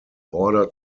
order